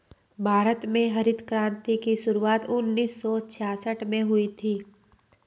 भारत में हरित क्रान्ति की शुरुआत उन्नीस सौ छियासठ में हुई थी